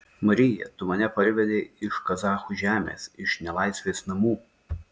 marija tu mane parvedei iš kazachų žemės iš nelaisvės namų